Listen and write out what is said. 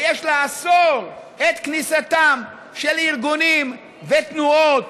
ויש לאסור את כניסתם של ארגונים ותנועות